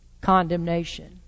condemnation